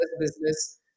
business